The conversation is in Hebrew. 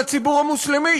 הציבור המוסלמי,